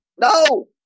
No